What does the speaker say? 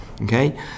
okay